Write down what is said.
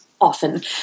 often